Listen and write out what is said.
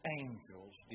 angels